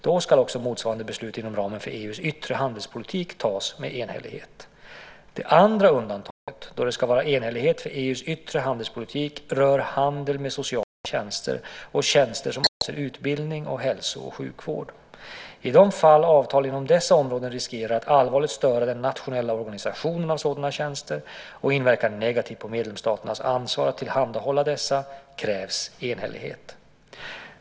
Då ska också motsvarande beslut inom ramen för EU:s yttre handelspolitik tas med enhällighet. Det andra undantaget, då det ska vara enhällighet för EU:s yttre handelspolitik, rör handel med sociala tjänster och tjänster som avser utbildning och hälso och sjukvård. I de fall avtal inom dessa områden riskerar att allvarligt störa den nationella organisationen av sådana tjänster och inverka negativt på medlemsstaternas ansvar att tillhandahålla dessa krävs enhällighet.